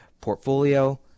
portfolio